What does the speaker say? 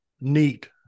neat